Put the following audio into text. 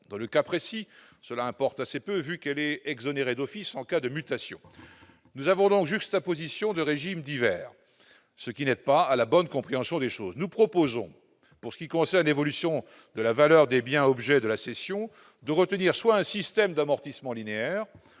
dont il est question, cela importe du reste assez peu, vu qu'elle est exonérée d'office en cas de mutation. Nous avons donc juxtaposition de régimes divers, ce qui n'aide pas à la bonne compréhension du système. Nous proposons, pour ce qui concerne l'évolution de la valeur des biens objet de la cession, de retenir soit un système d'amortissement linéaire,